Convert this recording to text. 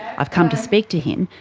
i've come to speak to him,